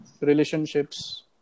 relationships